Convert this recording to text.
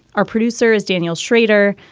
our producer is daniel schrader.